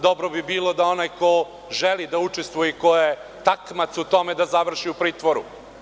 Dobro bi bilo da onaj ko želi da učestvuje i ko je takmac u tome da završi u pritvoru.